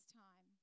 time